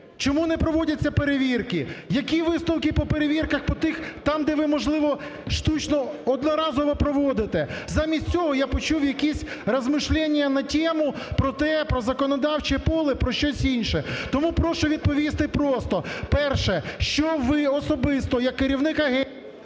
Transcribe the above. чому не проводяться перевірки? Які висновки по перевірках по тих там, де ви, можливо, штучно, одноразово проводите? Замість цього я почув якісь размышления на тему про те, про законодавче поле, про щось інше. Тому прошу відповісти просто: перше, що ви особисто як керівник агенції…